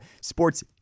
sports